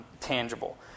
tangible